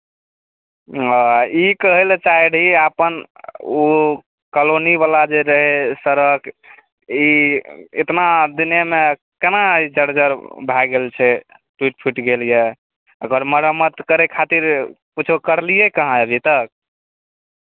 हँ ई कहय लए चाहैत रहियै अपन ओ कलोनीवला जे रहै सड़क ई एतना दिनेमे केना ई जर्जर भए गेल छै टुटि फुटि गेल यए ओकर मरम्मत करय खातिर किछो करलियै कहाँ अभी तक